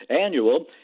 Annual